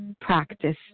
practice